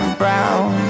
brown